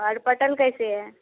और पटल कैसे है